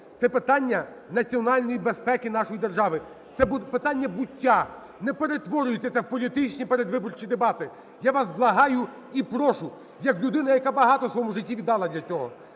Це питання національної безпеки нашої держави. Це питання буття, не перетворюйтеся в політичні передвиборчі дебати, я вас благаю і прошу, як людина, яка багато в своєму житті віддала для цього.